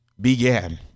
began